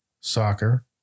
soccer